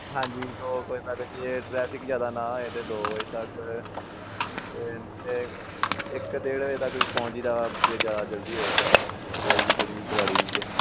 ਹਾਂਜੀ ਦੋ ਕੁ ਵਜੇ ਤੱਕ ਜੇ ਟਰੈਫਿਕ ਜ਼ਿਆਦਾ ਨਾ ਹੋਏ ਤਾਂ ਦੋ ਵਜੇ ਤੱਕ ਅਤੇ ਅਤੇ ਇੱਕ ਡੇਢ ਵਜੇ ਤੱਕ ਵੀ ਪਹੁੰਚ ਜਾਈ ਦਾ ਜੇ ਜ਼ਿਆਦਾ ਜਲਦੀ ਹੋਏ ਕਿਸੇ ਨੂੰ ਤੇਜ਼ ਵੀ ਥੋੜ੍ਹੀ ਜਿਹੀ ਚਲਾ ਲਈ ਦੀ ਹੈ